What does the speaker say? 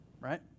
Right